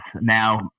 now